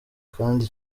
kandi